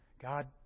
God